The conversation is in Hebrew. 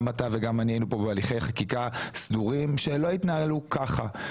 גם אתה ואני היינו פה בהליכי חקיקה סדורים שלא התנהלו ככה.